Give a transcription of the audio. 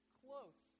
close